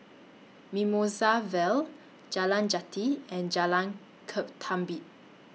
Mimosa Vale Jalan Jati and Jalan Ketumbit